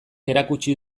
erakutsi